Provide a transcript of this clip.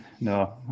No